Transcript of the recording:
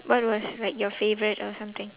what was like your favourite or something